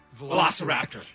Velociraptor